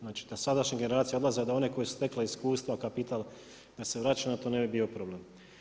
Znači da sadašnje generacije odlaze, da one koje su stekla iskustva, kapital, da se vraćaju, onda to ne bi bio problem.